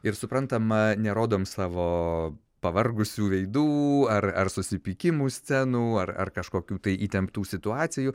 ir suprantama nerodom savo pavargusių veidų ar ar susipykimų scenų ar ar kažkokių tai įtemptų situacijų